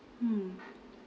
mm